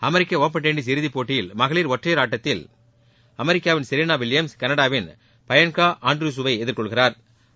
அமெரிக்க open tennis இறுதிப் போட்டியில் மகளிர் ஒற்றையர் ஆட்டத்தில் அமெரிக்காவின் செரீனா வில்லியம்ஸ் கனடாவின் பயன்கா ஆன்ட்ரஸுவை எதிர்கொள்கிறாா்